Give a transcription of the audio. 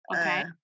Okay